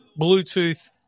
Bluetooth